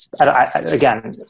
again